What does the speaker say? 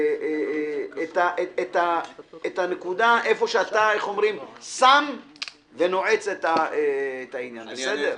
את הנקודה איפה שאתה שם ונועץ את העניין, בסדר?